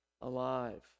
alive